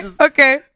okay